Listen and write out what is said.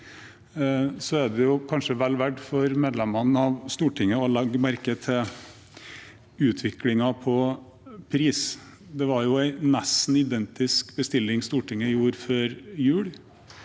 kanskje vel verdt for medlemmene av Stortinget å legge merke til utviklingen når det gjelder pris. Det var en nesten identisk bestilling Stortinget gjorde før jul,